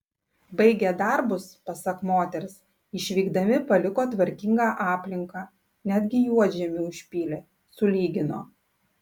baigę darbus pasak moters išvykdami paliko tvarkingą aplinką netgi juodžemį užpylė sulygino